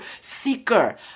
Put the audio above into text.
seeker